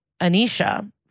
Anisha